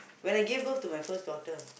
when I gave birth to my first daughter